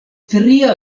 tria